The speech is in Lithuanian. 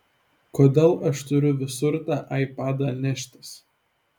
kodėl aš turiu visur tą aipadą neštis